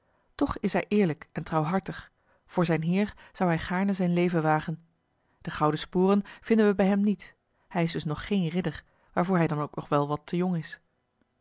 toch is hij eerlijk en trouwhartig voor zijn heer zou hij gaarne zijn leven wagen de gouden sporen vinden we bij hem niet hij is dus nog geen ridder waarvoor hij dan ook nog wel wat te jong is